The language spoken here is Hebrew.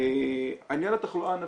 עניין התחלואה הנפשית,